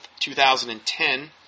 2010